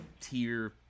tier